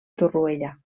torroella